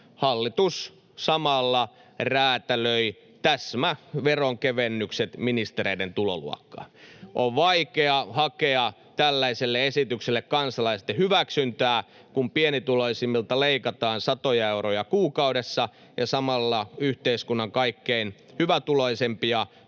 hallitus räätälöi täsmäveronkevennykset ministereiden tuloluokkaan. On vaikea hakea tällaiselle esitykselle kansalaisten hyväksyntää, kun pienituloisimmilta leikataan satoja euroja kuukaudessa ja samalla yhteiskunnan kaikkein hyvätuloisimpia